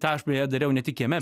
tą aš beje dariau ne tik kieme